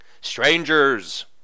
Strangers